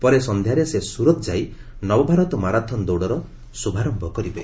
ପରେ ସନ୍ଧ୍ୟାରେ ସେ ସୁରତ୍ ଯାଇ ନବଭାରତ ମାରାଥନ୍ ଦୌଡ଼ର ଶୁଭାରମ୍ଭ କରିବେ